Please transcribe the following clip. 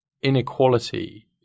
inequality